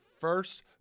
first